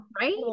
Right